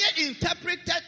interpreted